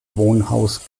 wohnhaus